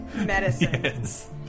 Medicine